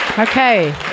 Okay